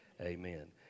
Amen